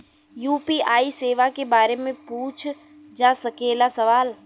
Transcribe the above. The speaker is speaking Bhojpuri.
यू.पी.आई सेवा के बारे में पूछ जा सकेला सवाल?